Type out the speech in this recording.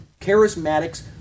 Charismatics